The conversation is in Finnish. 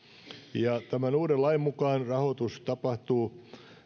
tämän uuden lain mukaan rahoitus tapahtuu